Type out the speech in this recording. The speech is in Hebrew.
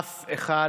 אף אחד,